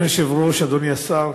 אדוני היושב-ראש, אדוני השר,